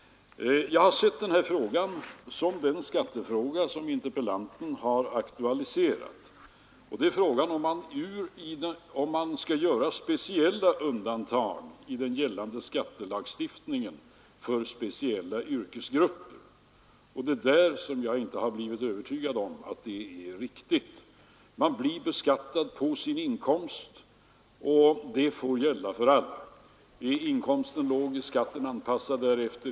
Jag har sett den här frågan som en skattefråga som interpellanten har aktualiserat. Det gäller om man skall göra speciella undantag i skattelagstiftningen för speciella yrkesgrupper. Jag har inte blivit övertygad om att det är riktigt. Man blir beskattad på sin inkomst, och det får gälla för alla. Är inkomsten låg är skatten anpassad därefter.